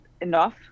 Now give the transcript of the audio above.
enough